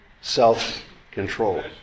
self-control